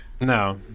No